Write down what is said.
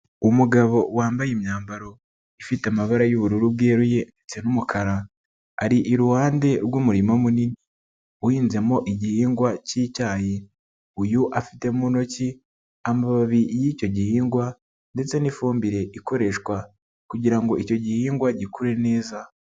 Umugabo wambaye imyambaro ifite amabara y'ubururu bweruye ndetse n'umukara, ari iruhande rw'umurima munini uhinzemo igihingwa cy'icyayi, uyu afite mu ntoki amababi y'icyo gihingwa ndetse n'ifumbire ikoreshwa kugira ngo icyo gihingwa gikure neza.